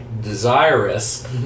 desirous